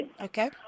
Okay